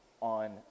on